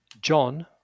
John